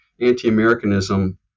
anti-Americanism